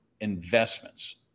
investments